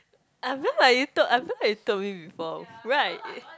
I remember that you I remember that you told me before right